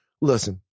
listen